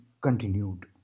continued